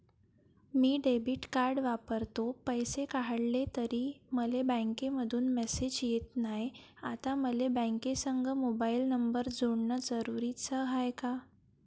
मी debit card वापरतो, पैसे काढले तरी मले बँकेमंधून मेसेज येत नाय, आता मले बँकेसंग मोबाईल नंबर जोडन जरुरीच हाय का?